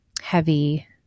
heavy